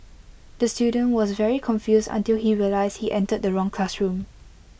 the student was very confused until he realised he entered the wrong classroom